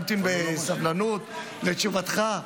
נמתין בסבלנות לתשובתך.